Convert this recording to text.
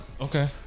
Okay